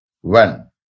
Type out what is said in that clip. one